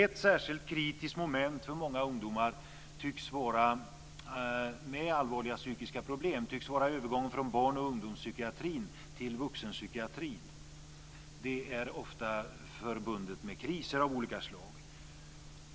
Ett särskilt kritiskt moment för många ungdomar med allvarliga psykiska problem tycks vara övergången från barn och ungdomspsykiatrin till vuxenpsykiatrin. Det är ofta förbundet med kriser av olika slag.